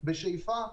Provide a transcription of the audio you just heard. בשאיפה,